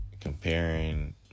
Comparing